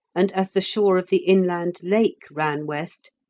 and as the shore of the inland lake ran west,